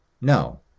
No